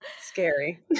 Scary